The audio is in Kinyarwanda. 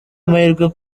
amahirwe